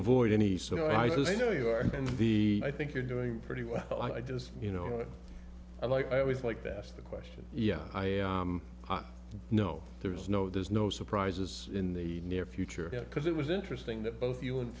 avoid any so i just you know you are and the i think you're doing pretty well i just you know i like i always like that asked the question yeah i know there's no there's no surprises in the near future because it was interesting that both you and